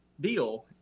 deal